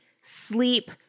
sleep